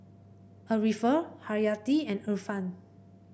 Arifa Haryati and Irfan